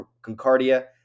concardia